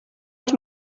els